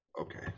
Okay